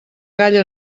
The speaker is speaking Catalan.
gall